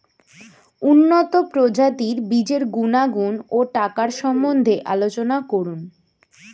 উন্নত প্রজাতির বীজের গুণাগুণ ও টাকার সম্বন্ধে আলোচনা করুন